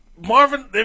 Marvin